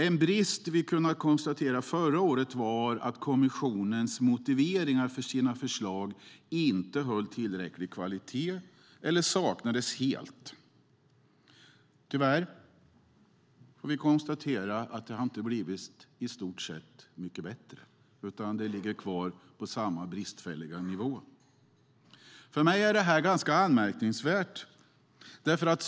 En brist som vi kunde konstatera förra året var att kommissionens motiveringar för sina förslag inte höll tillräcklig kvalitet eller saknades helt. Tyvärr kan vi konstatera att det inte har blivit stort mycket bättre utan ligger kvar på samma bristfälliga nivå. För mig är det ganska anmärkningsvärt.